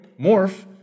morph